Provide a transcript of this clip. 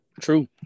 True